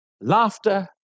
laughter